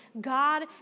God